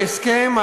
בהסכם,